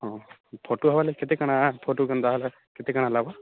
ହଁ ଫଟୋ ହେବା ଲାଗି କେତେ କାଣା ଫଟୁ କେନ୍ତା ହେଲେ କେତେ କାଣା ଲାଗ୍ବା